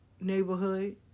neighborhood